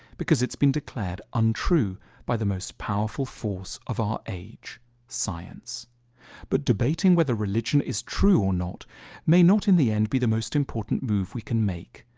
because its been declared untrue by the most powerful force of our age science but debating whether religion is true or not may not in the end be the most important move we can make.